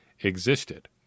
existed